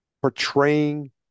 portraying